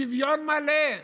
שוויון מלא.